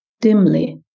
dimly